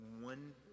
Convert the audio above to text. one